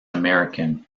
american